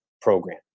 program